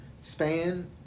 span